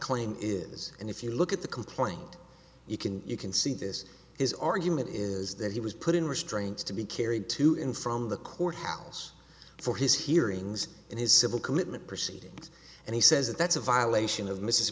claim is and if you look at the complaint you can you can see this his argument is that he was put in restraints to be carried to him from the courthouse for his hearings and his civil commitment proceedings and he says that that's a violation of m